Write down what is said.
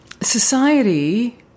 society